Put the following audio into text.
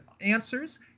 answers